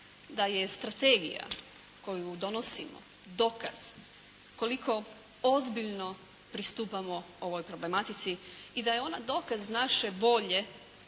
da je strategija koju donosimo dokaz koliko ozbiljno pristupamo ovoj problematici i da je ona dokaz naše volje